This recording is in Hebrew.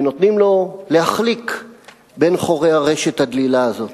ונותנים לו להחליק בין חורי הרשת הדלילה הזאת.